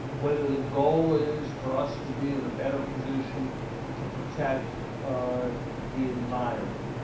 whether the goal is for us to be in a better position to protect ah the environment,